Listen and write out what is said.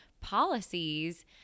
policies